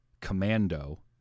Commando